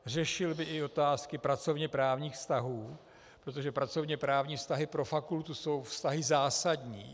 Řešil by i otázky pracovněprávních vztahů, protože pracovněprávní vztahy pro fakultu jsou vztahy zásadní.